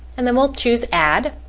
and then we'll choose add